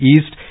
East